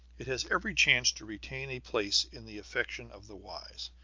it has every chance to retain a place in the affections of the wise,